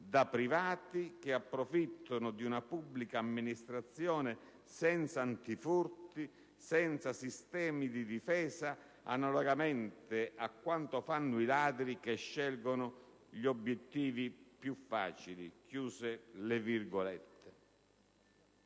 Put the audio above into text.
da privati, che approfittano di una pubblica amministrazione senza antifurti, senza sistemi di difesa, analogamente a quanto fanno i ladri che scelgono gli obiettivi più facili».